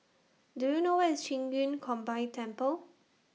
Do YOU know Where IS Qing Yun Combined Temple